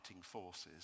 forces